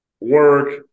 work